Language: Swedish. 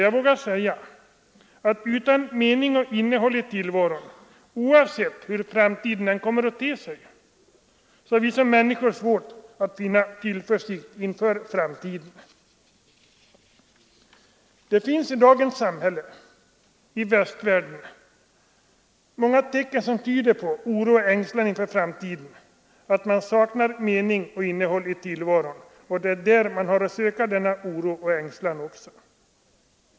Jag vågar säga att utan mening och innehåll i tillvaron, oavsett hur framtiden kommer att te sig, så har vi människor svårt att finna tillförsikt inför framtiden. Det finns i dag i västvärlden många tecken som tyder på oro och ängslan inför framtiden. Människorna saknar mening och innehåll i tillvaron, och det är där vi har att söka orsaken till denna oro och denna ängslan.